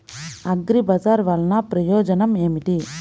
అగ్రిబజార్ వల్లన ప్రయోజనం ఏమిటీ?